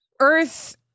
Earth